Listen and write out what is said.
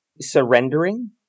surrendering